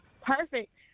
Perfect